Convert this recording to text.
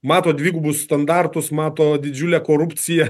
mato dvigubus standartus mato didžiulę korupciją